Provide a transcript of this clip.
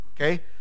Okay